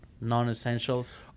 non-essentials